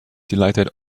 delighted